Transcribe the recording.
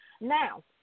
Now